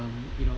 um you know